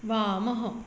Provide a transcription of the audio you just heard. वामः